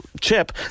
chip